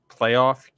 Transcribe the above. playoff